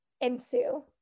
ensue